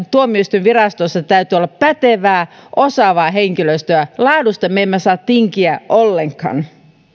tuomioistuinvirastossa täytyy olla pätevää osaavaa henkilöstöä laadusta me emme saa tinkiä ollenkaan